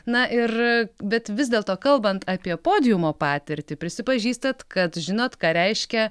na ir bet vis dėlto kalbant apie podiumo patirtį prisipažįstat kad žinot ką reiškia